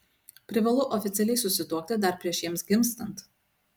privalu oficialiai susituokti dar prieš jiems gimstant